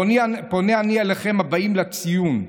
פונה אני אליכם, הבאים לציון,